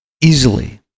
easily